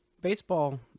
Baseball